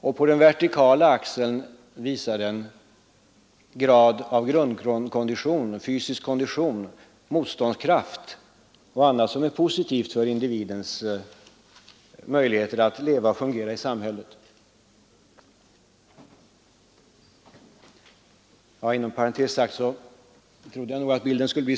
Med den vertikala axeln visar den graden av fysisk grundkondition, motståndskraft och annat som är positivt för individens möjligheter att leva och fungera i samhället.